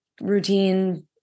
routine